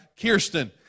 Kirsten